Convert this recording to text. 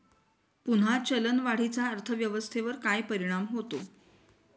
पुन्हा चलनवाढीचा अर्थव्यवस्थेवर काय परिणाम होतो